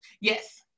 Yes